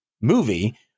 movie